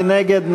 מי נגד?